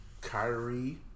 Kyrie